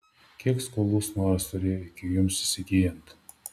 kiek skolų snoras turėjo iki jums įsigyjant